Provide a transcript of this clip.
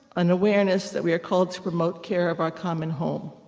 an awareness that we are called to promote care of our common home.